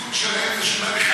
הסיכון שלהם הוא שתורידו,